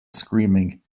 screaming